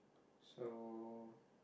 so